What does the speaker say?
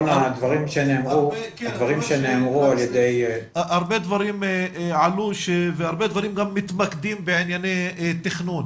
הרבה דברים עלו והרבה דברים גם מתמקדים בענייני תכנון.